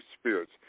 spirits